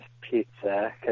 pizza